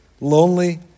Lonely